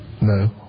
No